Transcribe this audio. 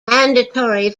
mandatory